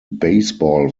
baseball